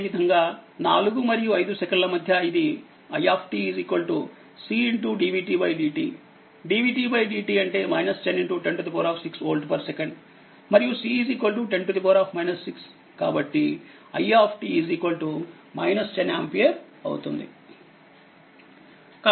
అదేవిధంగా 4 మరియు 5 సెకన్ల మధ్య ఇది i cdvdt dv dt 10106వోల్ట్ సెకండ్ మరియు c 10 6కాబట్టి i 10 ఆంపియర్ అవుతుంది